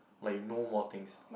like you know more things